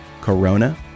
Corona